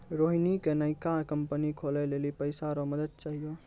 रोहिणी के नयका कंपनी खोलै लेली पैसा रो मदद चाहियो